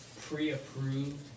pre-approved